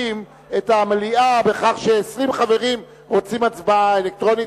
את המליאה בכך ש-20 חברים רוצים הצבעה אלקטרונית,